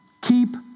Keep